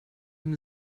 ihm